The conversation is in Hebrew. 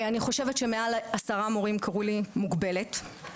מעל עשרה מורים קראו לי מוגבלת.